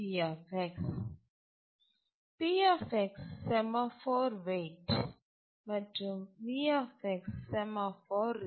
P semaphore wait மற்றும் V semaphore release